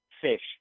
fish